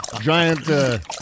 Giant